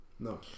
No